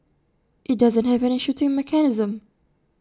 IT doesn't have any shooting mechanism